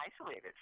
isolated